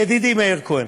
ידידי מאיר כהן,